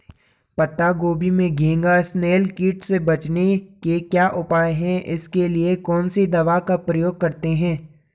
पत्ता गोभी में घैंघा इसनैल कीट से बचने के क्या उपाय हैं इसके लिए कौन सी दवा का प्रयोग करते हैं?